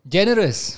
Generous